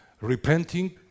Repenting